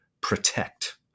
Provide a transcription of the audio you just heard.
protect